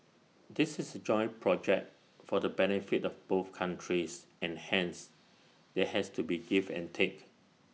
this is A joint project for the benefit of both countries and hence there has to be give and take